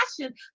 passion